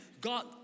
God